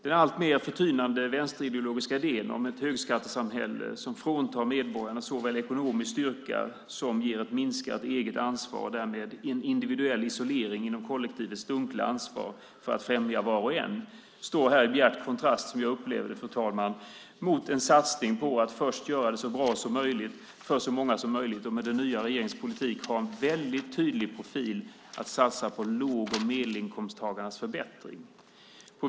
Den alltmer tynande vänsterideologiska idén om ett högskattesamhälle som fråntar medborgarna ekonomisk styrka och ger ett minskat eget ansvar och därmed individuell isolering inom kollektivets dunkla ansvar för att främja var och en står här som jag upplever det, fru talman, i bjärt kontrast mot en satsning på att först göra det så bra som möjligt för så många som möjligt. Den nya regeringens politik har en väldigt tydlig inriktning på att satsa på låg och medelinkomsttagarnas förbättring.